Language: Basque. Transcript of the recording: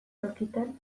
tokitan